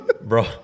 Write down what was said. Bro